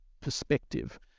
perspective